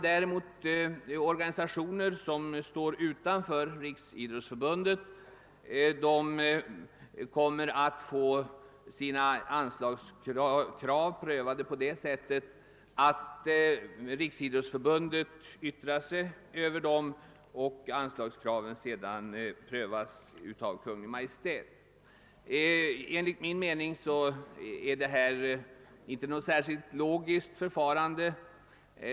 De organisationer som står utanför Riksidrottsförbundet kommer att få sina anslagskrav prövade på det sättet, att Riksidrottsförbundet yttrar sig över dem och sedan prövas de av Kungl. Maj:t. Enligt min mening är detta inte något logiskt förfarande.